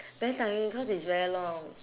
very tiring cause it's very long